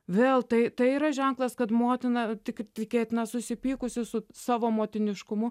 vėl tai tai yra ženklas kad motina tik tikėtina susipykusi su savo motiniškumu